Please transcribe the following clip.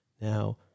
Now